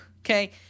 okay